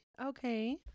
Okay